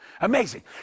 Amazing